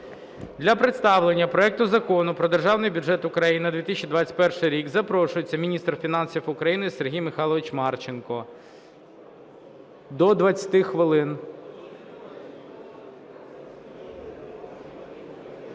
Для представлення проекту Закону "Про Державний бюджет України на 2021 рік" запрошується міністр фінансів України Сергій Михайлович Марченко – до 20 хвилин.